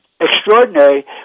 extraordinary